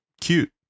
cute